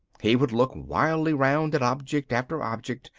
he would look wildly round at object after object,